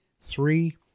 Three